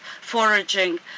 foraging